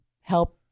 help